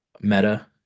meta